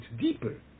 deeper